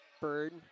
Bird